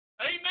Amen